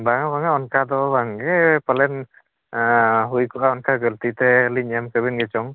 ᱵᱟᱝᱟ ᱵᱟᱝᱟ ᱚᱱᱠᱟ ᱫᱚ ᱵᱟᱝᱜᱮ ᱯᱟᱞᱮᱱ ᱦᱩᱭ ᱠᱚᱜᱼᱟ ᱚᱱᱠᱟ ᱜᱟᱹᱞᱛᱤ ᱛᱮᱞᱤᱧ ᱮᱢ ᱠᱮᱵᱮᱱ ᱜᱮᱪᱚᱝ